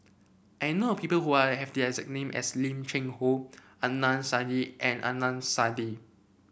I know people who are have the exact name as Lim Cheng Hoe Adnan Saidi and Adnan Saidi